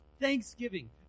thanksgiving